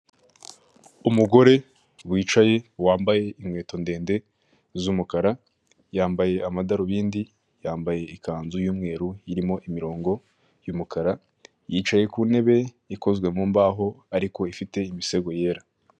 Umugore wicaye wambaye inkweto ndende z'umukara yambaye amadarubindi yambaye ikanzu y'umweru irimo imirongo y'umukara yicaye ku ntebe ikozwe mu mbaho ariko ifite imisego yera.